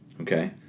okay